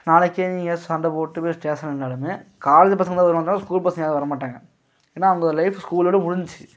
நாளைக்கே நீங்கள் எதாச்சும் போய் சண்டை போட்டு போய் ஸ்டேஷனில் நின்னாலுமே காலேஜ் பசங்கதான் வருவாங்க தவிர ஸ்கூல் பசங்க யாரும் வர மாட்டாங்க ஏன்னா அவங்க லைஃப் ஸ்கூலோடு முடிஞ்ச்சு